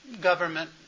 government